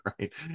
right